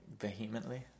Vehemently